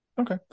Okay